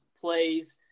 plays